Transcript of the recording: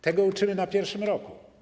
Tego uczymy na pierwszym roku.